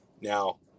Now